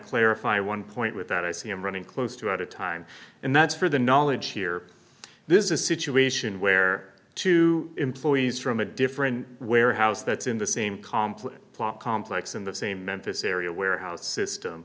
clarify one point with that i see i'm running close to out of time and that's for the knowledge here this is a situation where two employees from a different warehouse that's in the same complex plot complex in the same memphis area warehouse system